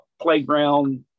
playground